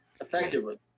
effectively